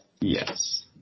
Yes